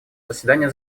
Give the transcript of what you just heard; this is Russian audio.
заседание